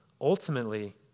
Ultimately